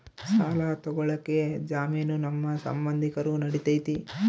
ಸಾಲ ತೊಗೋಳಕ್ಕೆ ಜಾಮೇನು ನಮ್ಮ ಸಂಬಂಧಿಕರು ನಡಿತೈತಿ?